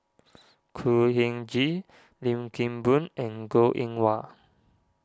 Khor Ean Ghee Lim Kim Boon and Goh Eng Wah